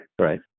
right